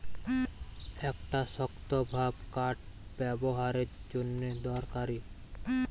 একটা শক্তভাব কাঠ ব্যাবোহারের জন্যে দরকারি